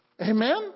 Amen